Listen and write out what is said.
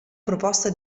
proposta